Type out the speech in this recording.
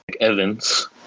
Evans